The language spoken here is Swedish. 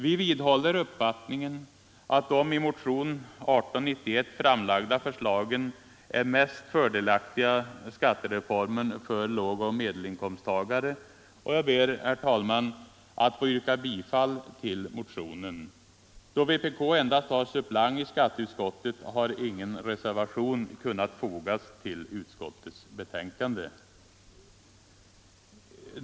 Vi vidhåller uppfattningen att de i motionen 1891 framlagda förslagen är den mest fördelaktiga skattereformen för lågoch medelinkomsttagare, och jag ber, herr talman, att få yrka bifall till motionen. Då vpk endast har suppleant i skatteutskottet har ingen reservation kunnat fogas till utskottets betänkande.